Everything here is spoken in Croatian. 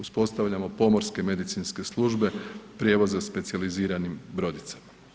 Uspostavljamo pomorske medicinske službe prijevoza specijaliziranim brodicama.